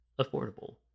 affordable